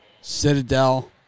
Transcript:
Citadel